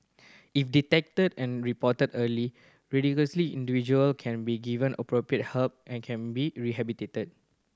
if detected and reported early radicalised individual can be given appropriate help and can be rehabilitated